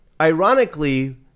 ironically